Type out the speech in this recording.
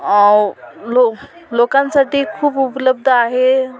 लोक लोकांसाठी खूप उपलब्ध आहे